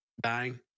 dying